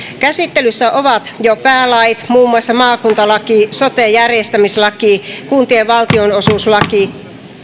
käsittelyssä ovat jo päälait muun muassa maakuntalaki sote järjestämislaki kuntien valtionosuuslaki